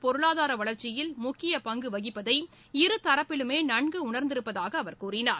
பொருளாதார வளர்ச்சியில் முக்கிய பங்கு வகிப்பதை இரு தரப்பிலுமே நன்கு உணர்ந்திருப்பதாக அவர் கூறினார்